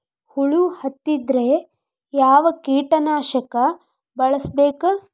ಹುಳು ಹತ್ತಿದ್ರೆ ಯಾವ ಕೇಟನಾಶಕ ಬಳಸಬೇಕ?